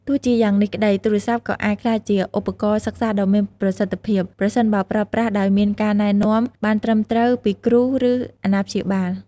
ទោះជាយ៉ាងនេះក្ដី ទូរស័ព្ទក៏អាចក្លាយជាឧបករណ៍សិក្សាដ៏មានប្រសិទ្ធភាព ប្រសិនបើប្រើប្រាស់ដោយមានការណែនាំបានត្រឹមត្រូវពីគ្រូ ឬអាណាព្យាបាល។